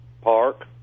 Park